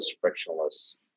frictionless